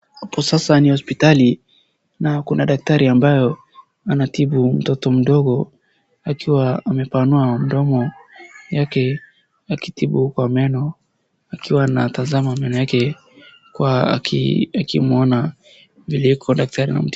Hapo sasa ni hospitali na kuna daktari ambayo anatibu mtoto mdogo akiwa amepanua mdomo yake akitibu kwa meno akiwa anatazama meno yake akimuona vile iko daktari anamtibu.